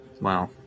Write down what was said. wow